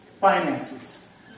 Finances